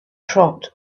trot